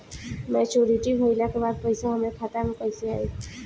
Maturity भईला के बाद पईसा हमरे खाता में कइसे आई?